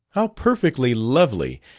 how perfectly lovely!